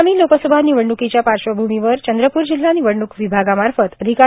आगामी लोकसभा निवडण्कीच्या पार्श्वभूमीवर चंद्रपूर जिल्हा निवडणूक विभागामार्फत अधिका